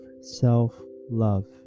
self-love